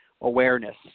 awareness